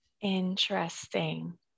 Interesting